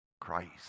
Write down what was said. Christ